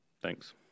Thanks